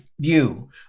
view